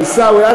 עיסאווי,